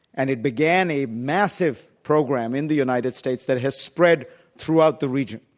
and it began a massive program in the united states that has spread throughout the region.